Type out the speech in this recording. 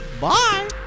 Bye